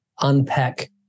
unpack